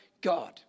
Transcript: God